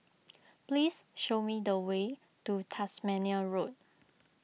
please show me the way to Tasmania Road